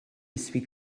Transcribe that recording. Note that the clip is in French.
suis